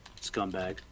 scumbag